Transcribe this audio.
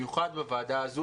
במיוחד בוועדה הזאת,